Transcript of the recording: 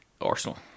Arsenal